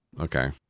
okay